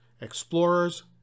explorers